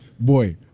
boy